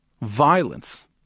violence